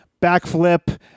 backflip